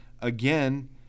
again